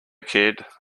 kid